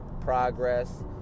progress